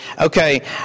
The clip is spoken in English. okay